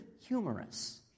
humorous